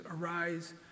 arise